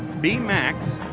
b, max,